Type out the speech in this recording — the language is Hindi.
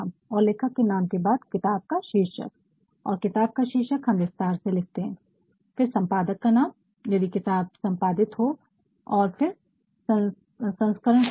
और लेखक के नाम के बाद किताब का शीर्षक और किताब का शीर्षक हम विस्तार से लिखते है फिर सम्पादक का नाम यदि किताब सम्पादित हो और फिर संस्करण क्रमांक